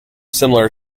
similar